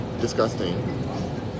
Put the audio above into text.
disgusting